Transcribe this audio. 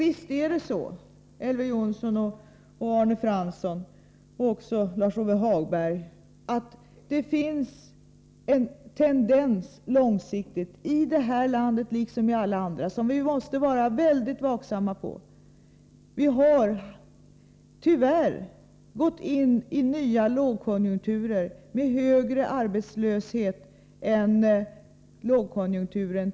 Visst finns det, Elver Jonsson, Arne Fransson och Lars-Ove Hagberg, en viss tendens när det gäller utvecklingen långsiktigt i det här landet — det gäller även alla andra länder — som vi måste vara mycket vaksamma på. Vi har tyvärr drabbats av nya lågkonjunkturer med högre arbetslöshet än under den tidigare lågkonjunkturen.